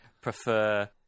prefer